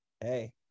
hey